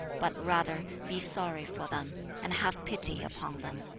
but rather be sorry for them, and have pity upon them.